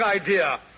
idea